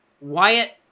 Wyatt